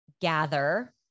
gather